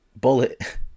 bullet